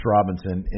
Robinson